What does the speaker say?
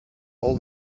all